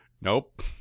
Nope